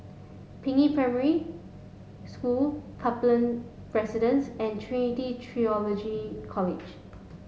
Peiying Primary School Kaplan Residence and Trinity Theological College